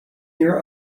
your